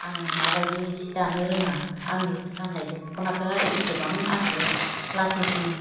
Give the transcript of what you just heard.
आं माबायदि सि दानो रोङा आंनि गाननाय दखनाखौ एसेबां आंखौ लासिंसिं